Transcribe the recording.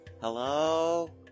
hello